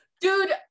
Dude